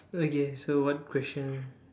okay so what question